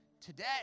today